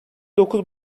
dokuz